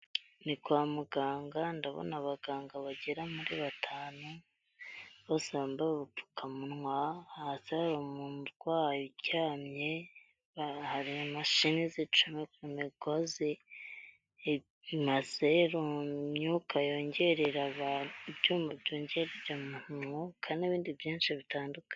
Ni kwa muganga ndabona abaganga bagera muri batanu bose basambaye udupfukamunwa hanze hari umurwayi uryamye ba harimashini zica migozi imaze mu myuka yongerera abantu umwuka n'ibindi byinshi bitandukanye.